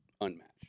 unmatched